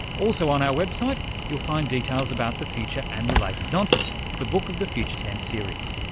also on our website you'll find details about the future and related nonsense the book of the future tense series.